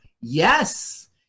Yes